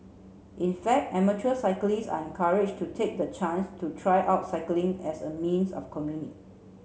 in fact amateur cyclists are encouraged to take the chance to try out cycling as a means of commute